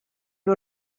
nhw